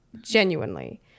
Genuinely